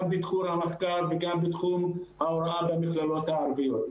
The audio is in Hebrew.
בתחום המחקר וגם בתחום ההוראה במכללות הערביות.